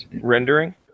Rendering